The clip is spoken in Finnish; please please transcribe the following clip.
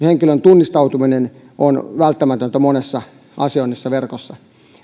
henkilön tunnistautuminen on välttämätöntä monessa asioinnissa verkossa